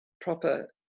proper